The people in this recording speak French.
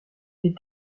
des